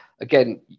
again